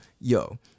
yo